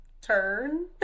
turn